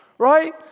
right